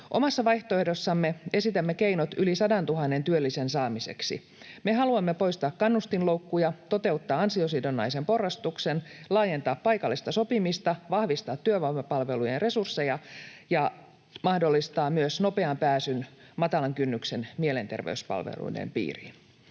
Omassa vaihtoehdossamme esitämme keinot yli 100 000 työllisen saamiseksi. Me haluamme poistaa kannustinloukkuja, toteuttaa ansiosidonnaisen porrastuksen, laajentaa paikallista sopimista, vahvistaa työvoimapalvelujen resursseja ja mahdollistaa myös nopean pääsyn matalan kynnyksen mielenterveyspalveluiden piiriin.